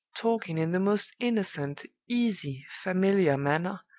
talking in the most innocent, easy, familiar manner,